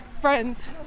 friends